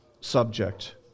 subject